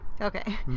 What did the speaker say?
Okay